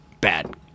bad